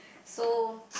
so